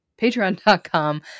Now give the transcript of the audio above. Patreon.com